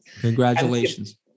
Congratulations